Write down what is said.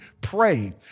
pray